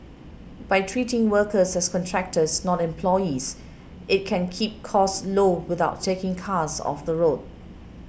by treating workers as contractors not employees it can keep costs low without taking cars off the road